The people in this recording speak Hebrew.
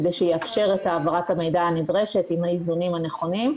כדי שיאפשר את העברת המידע הנדרשת עם האיזונים הנכונים.